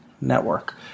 Network